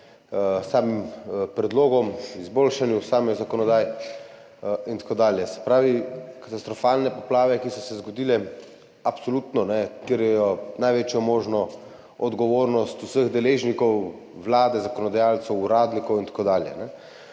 s predlogi za izboljšanje same zakonodaje in tako dalje. Se pravi, katastrofalne poplave, ki so se zgodile, absolutno terjajo največjo možno odgovornost vseh deležnikov, Vlade, zakonodajalcev, uradnikov in tako dalje.